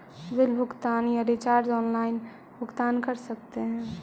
Bill भुगतान या recharge online भुगतान कर सकते हैं?